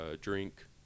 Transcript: drink